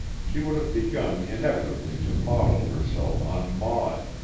she would have begun inevitably to model herself on maud,